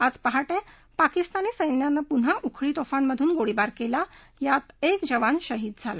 आज पहाटे पाकिस्तानी सैन्यानं पुन्हा उखळी तोफांमधून गोळीबार केला यात एक जवान शहीद झाला